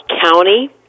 county